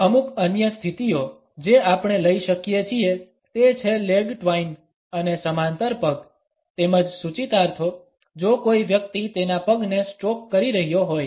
અમુક અન્ય સ્થિતિઓ જે આપણે લઈ શકીએ છીએ તે છે લેગ ટ્વાઇન અને સમાંતર પગ તેમજ સૂચિતાર્થો જો કોઈ વ્યક્તિ તેના પગને સ્ટ્રોક કરી રહ્યો હોય